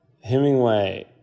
Hemingway